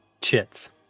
Chits